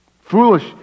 Foolish